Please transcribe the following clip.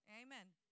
Amen